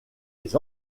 les